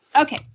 Okay